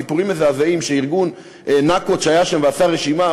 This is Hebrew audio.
סיפורים מזעזעים של ארגון "נאקוץ'" שעשה רשימה,